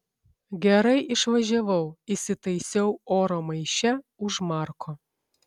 gerai išvažiavau įsitaisiau oro maiše už marko